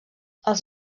els